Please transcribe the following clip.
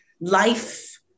life